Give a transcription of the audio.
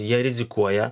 jie rizikuoja